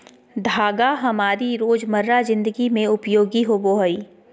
धागा हमारी रोजमर्रा जिंदगी में उपयोगी होबो हइ